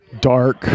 dark